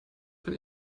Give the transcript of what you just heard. von